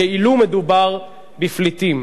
כאילו מדובר בפליטים.